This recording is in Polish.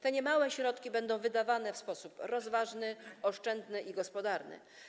Te niemałe środki będą wydawane w sposób rozważny, oszczędny i gospodarny.